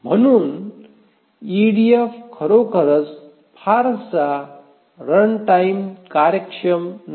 म्हणून ईडीएफ खरोखरच फारसा रनटाइम कार्यक्षम नाही